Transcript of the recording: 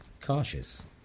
Cautious